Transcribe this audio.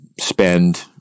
spend